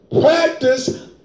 practice